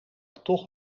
toch